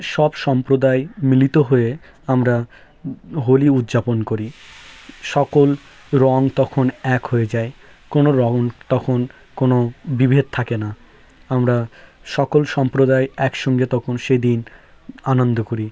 সব সম্প্রদায় মিলিত হয়ে আমরা হোলি উজ্জাপন করি সকল রঙ তখন এক হয়ে যায় কোনো রঙ তখন কোনো বিভেদ থাকে না আমরা সকল সম্প্রদায় একসঙ্গে তখন সেদিন আনন্দ করি